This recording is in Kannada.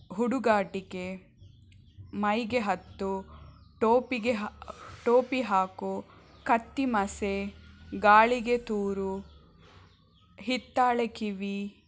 ಹುಡುಗಾಟಿಕೆ ಮೈಗೆ ಹತ್ತು ಟೋಪಿಗೆ ಟೋಪಿ ಹಾಕು ಕತ್ತಿ ಮಸೆ ಗಾಳಿಗೆ ತೂರು ಹಿತ್ತಾಳೆ ಕಿವಿ